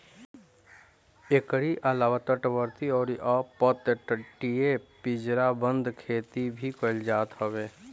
एकरी अलावा तटवर्ती अउरी अपतटीय पिंजराबंद खेती भी कईल जात हवे